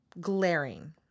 glaring